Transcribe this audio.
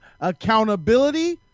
Accountability